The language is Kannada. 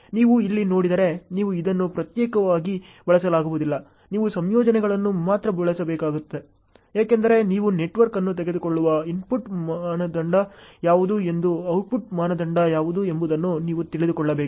ನೀವು ಇಲ್ಲಿ ನೋಡಿದರೆ ನೀವು ಇದನ್ನು ಪ್ರತ್ಯೇಕವಾಗಿ ಬಳಸಲಾಗುವುದಿಲ್ಲ ನೀವು ಸಂಯೋಜನೆಗಳನ್ನು ಮಾತ್ರ ಬಳಸಬೇಕಾಗುತ್ತದೆ ಏಕೆಂದರೆ ನೀವು ನೆಟ್ವರ್ಕ್ ಅನ್ನು ತೆಗೆದುಕೊಳ್ಳುವ ಇನ್ಪುಟ್ ಮಾನದಂಡ ಯಾವುದು ಮತ್ತು ಔಟ್ಪುಟ್ ಮಾನದಂಡ ಯಾವುದು ಎಂಬುದನ್ನು ನೀವು ತಿಳಿದುಕೊಳ್ಳಬೇಕು